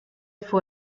vor